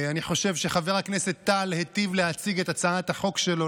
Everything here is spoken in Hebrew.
אני חושב שחבר הכנסת טל היטיב להציג את הצעת החוק שלו,